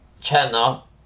channel